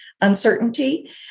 uncertainty